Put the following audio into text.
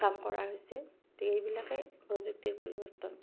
কাম কৰা হৈছে তে এইবিলাকে প্ৰযুক্তিৰ পৰিৱৰ্তন